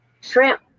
shrimp